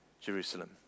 Jerusalem